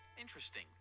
interesting